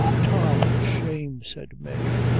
tom, for shame, said mave,